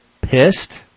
pissed